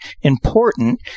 important